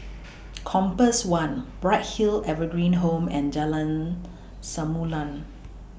Compass one Bright Hill Evergreen Home and Jalan Samulun